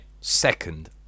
Second